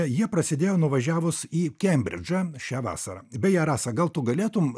jie prasidėjo nuvažiavus į kembridžą šią vasarą beje rasa gal tu galėtum